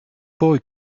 boy